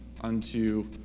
unto